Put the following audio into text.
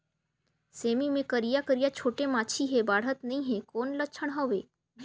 सेमी मे करिया करिया छोटे माछी हे बाढ़त नहीं हे कौन लक्षण हवय?